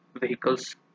vehicles